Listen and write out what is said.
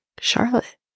Charlotte